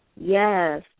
Yes